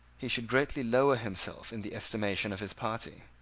he should greatly lower himself in the estimation of his party.